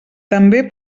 també